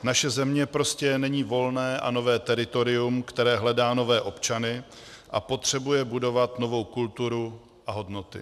Naše země prostě není volné a nové teritorium, které hledá nové občany a potřebuje budovat novou kulturu a hodnoty.